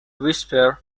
whisper